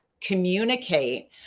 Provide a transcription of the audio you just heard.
communicate